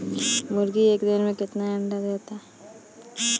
मुर्गी एक दिन मे कितना अंडा देला?